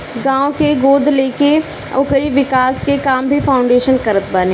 गांव के गोद लेके ओकरी विकास के काम भी फाउंडेशन करत बाने